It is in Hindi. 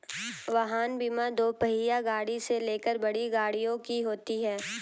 वाहन बीमा दोपहिया गाड़ी से लेकर बड़ी गाड़ियों की होती है